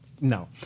no